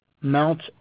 mount